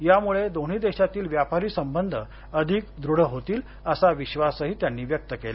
यामुळे दोन्ही देशातील व्यापारी संबंध अधिक दृढ होतील असा विश्वासही त्यांनी व्यक्त केला